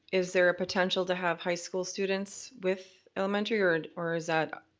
is there a potential to have high school students with elementary or and or is that.